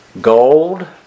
Gold